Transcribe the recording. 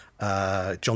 John